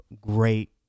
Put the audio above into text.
great